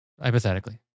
hypothetically